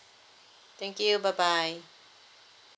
thank you bye bye